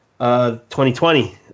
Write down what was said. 2020